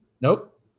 Nope